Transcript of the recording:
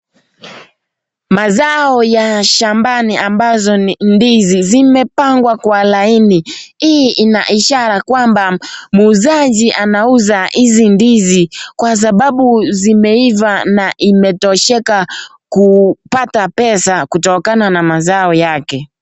Mazao ya shambani ambazo ni ndizi zimepangwa kwa laini, hii ina ishara kwamba muuzaji anauza hizi ndizi kwa sababu zimeiva na imetosheka kupata pesa kutokana na mazao yake.